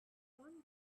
won